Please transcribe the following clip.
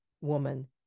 woman